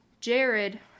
Jared